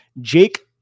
Jake